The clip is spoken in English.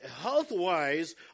health-wise